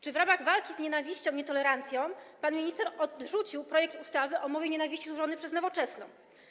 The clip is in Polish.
Czy w ramach walki z nienawiścią, nietolerancją pan minister odrzucił projekt ustawy o mowie nienawiści złożony przez Nowoczesną?